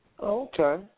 Okay